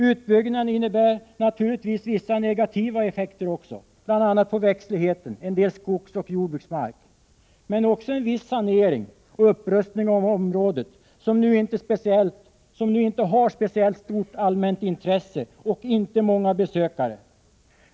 Utbyggnaden innebär naturligtvis vissa negativa effekter på växtligheten och en del skogsoch jordbruksmark men också en viss sanering och upprustning av området, som nu inte har speciellt stort allmänt intresse och inte många besökare.